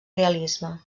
realisme